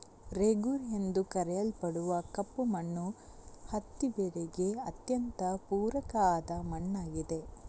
ರೇಗೂರ್ ಎಂದು ಕರೆಯಲ್ಪಡುವ ಕಪ್ಪು ಮಣ್ಣು ಹತ್ತಿ ಬೆಳೆಗೆ ಅತ್ಯಂತ ಪೂರಕ ಆದ ಮಣ್ಣಾಗಿದೆ